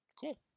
Cool